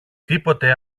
τίποτε